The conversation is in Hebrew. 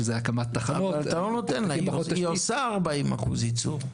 שזה הקמת --- אתה לא נותן לה; היא עושה 40% ייצור.